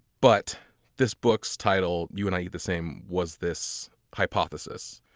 but this book's title you and i eat the same was this hypothesis,